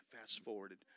fast-forwarded